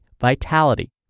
vitality